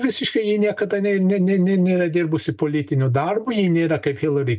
visiškai ji niekada ne ne ne ne nėra dirbusi politinio darbo ji nėra kaip hillary